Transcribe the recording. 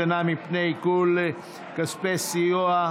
הגנה מפני עיקול של כספי סיוע),